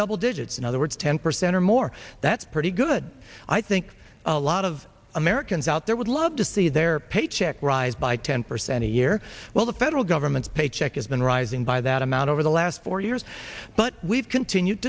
double digits in other words ten percent or more that's pretty good i think a lot of americans out there would love to see their paycheck rise by ten percent a year well the federal government's paycheck has been rising by the that amount over the last four years but we've continued